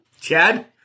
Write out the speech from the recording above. Chad